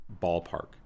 ballpark